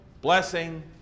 blessing